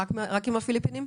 רק עם הפיליפינים?